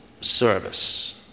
service